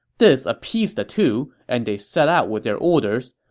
this appeased the two, and they set out with their orders.